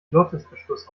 glottisverschluss